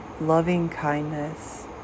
loving-kindness